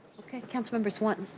okay, council member sawant?